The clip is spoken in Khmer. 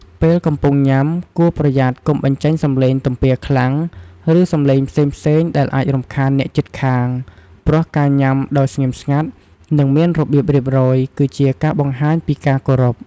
ពេលកំពុងញ៉ាំ គួរប្រយ័ត្នកុំបញ្ចេញសំឡេងទំពារខ្លាំង ឬសំឡេងផ្សេងៗដែលអាចរំខានអ្នកជិតខាងព្រោះ ការញ៉ាំដោយស្ងៀមស្ងាត់ និងមានរបៀបរៀបរយ គឺជាការបង្ហាញពីការគោរព។